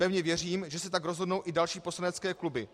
Pevně věřím, že se tak rozhodnou i další poslanecké kluby.